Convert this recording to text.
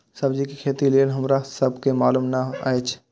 सब्जी के खेती लेल हमरा सब के मालुम न एछ?